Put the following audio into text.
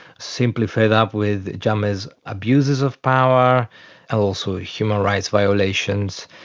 simply fed up with jammeh's abuses of power and also human rights violations.